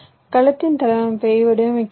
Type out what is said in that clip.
கலத்தின் தளவமைப்பை வடிவமைக்கிறீர்கள்